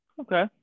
Okay